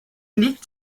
liegt